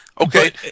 okay